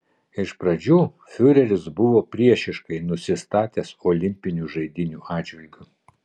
iš pradžių fiureris buvo priešiškai nusistatęs olimpinių žaidynių atžvilgiu